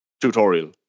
tutorial